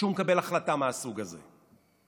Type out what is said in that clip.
שהוא מקבל החלטה מהסוג הזה.